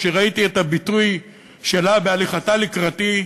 כשראיתי את הביטוי שלה בהליכתה לקראתי,